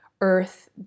earth